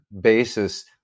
basis